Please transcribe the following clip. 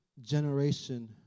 generation